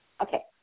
okay